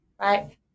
right